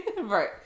Right